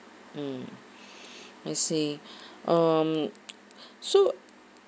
mm I see um so